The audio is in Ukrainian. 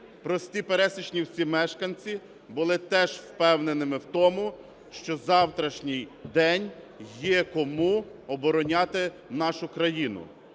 прості пересічні всі мешканці були теж впевненими в тому, що завтрашній день є кому обороняти нашу країну.